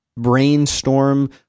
brainstorm